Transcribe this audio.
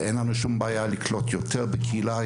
ואין לנו שום בעיה לקלוט יותר בקהילה.